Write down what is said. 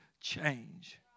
change